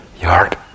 yard